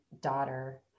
daughter